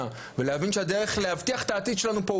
ולהבין שהדרך להבטיח את העתיד שלנו פה,